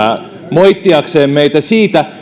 moittiakseen meitä siitä